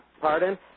Pardon